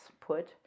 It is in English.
put